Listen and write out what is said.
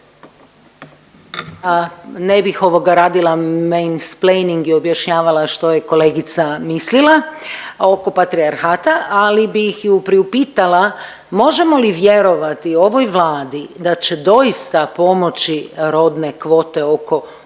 ne bih ovoga radila mansplaining i objašnjavala što je kolegica mislila oko patrijarhata, ali bih ju priupitala možemo li vjerovati ovoj Vladi da će doista pomoći rodne kvote oko